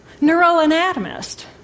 neuroanatomist